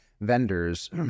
vendors